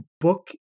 book